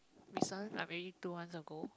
recent I really to once ago